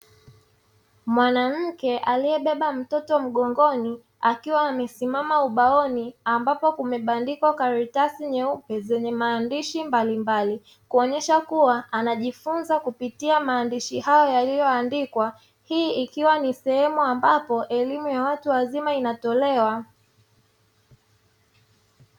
Mwanamke aliyebeba mtoto mgongoni akiwa amesimama ubaoni, ambapo kumebandikwa karatasi nyeupe zenye maandishi mbalimbali, kuonyesha kuwa anajifunza kupitia maandishi hayo yaliyoandikwa. Hii ikiwa ni sehemu ambapo elimu ya watu wazima inatolewa.